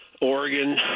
Oregon